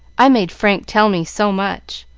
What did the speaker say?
i made frank tell me so much.